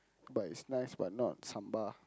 but it's nice but not sambal